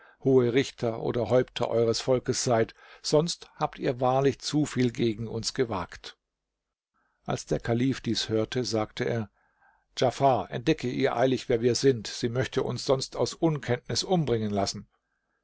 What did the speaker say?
hohe richter oder häupter eures volkes seid sonst habt ihr wahrlich zu viel gegen uns gewagt als der kalif dies hörte sagte er djafar entdecke ihr eilig wer wir sind sie möchte uns sonst aus unkenntnis umbringen lassen